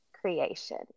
creation